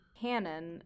canon